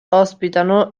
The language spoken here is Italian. ospitano